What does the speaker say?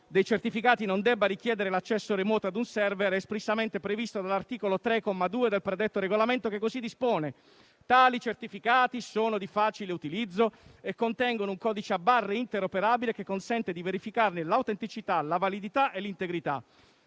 dei certificati non debba richiedere l'accesso remoto a un *server* è espressamente previsto dall'articolo 3, comma 2, del predetto regolamento, che così dispone: «Tali certificati sono di facile utilizzo e contengono un codice a barre interoperabile che consente di verificarne l'autenticità, la validità e l'integrità».